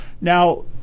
Now